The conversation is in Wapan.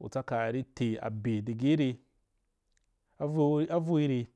utsakaa rite abe degari avoi re